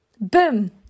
Boom